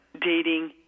dating